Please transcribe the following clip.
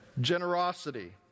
generosity